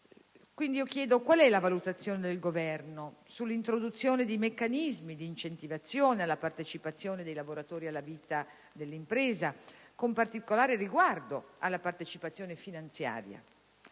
Quindi, io chiedo: qual è la valutazione del Governo sull'introduzione di meccanismi di incentivazione alla partecipazione dei lavoratori alla vita dell'impresa, con particolare riguardo alla partecipazione finanziaria?